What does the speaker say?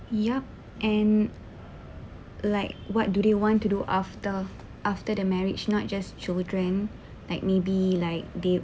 yup and like what do they want to do after after the marriage not just children like maybe like they